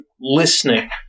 listening